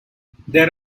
there